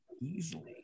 easily